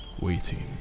waiting